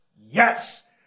Yes